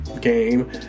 game